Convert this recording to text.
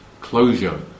closure